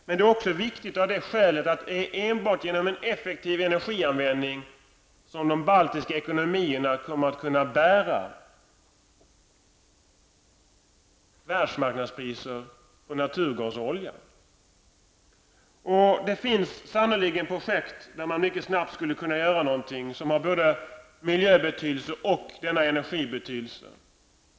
Detta är också viktigt av det skälet, att det är enbart genom en effektiv energianvändning som de baltiska ekonomierna kommer att kunna bära världsmarknadspriser på naturgas och olja. Det finns sannerligen projekt där man mycket snabbt skulle kunna göra någonting som både har betydelse för miljön och för energin.